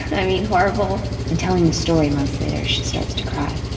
i mean, horrible in telling the story months later, she starts to cry.